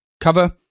cover